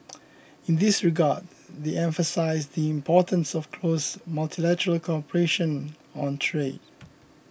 in this regard they emphasised the importance of close multilateral cooperation on trade